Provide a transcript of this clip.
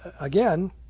again